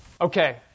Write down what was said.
Okay